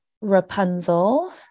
Rapunzel